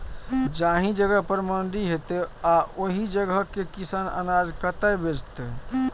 जाहि जगह पर मंडी हैते आ ओहि जगह के किसान अनाज कतय बेचते?